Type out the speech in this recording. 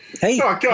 Hey